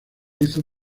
hizo